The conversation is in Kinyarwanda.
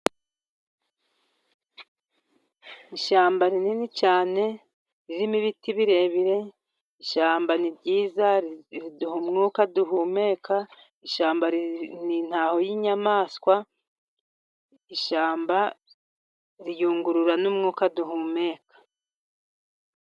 Ishyamba rinini cyane, ririmo ibiti birebire, ishyamba ni ryiza, riduha umwuka duhumeka, ishyamba nintaho y'inyamaswa, ishyamba riyungurura n'umwuka duhumeka.